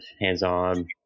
hands-on